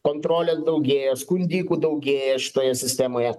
kontrolės daugėja skundikų daugėja šitoje sistemoje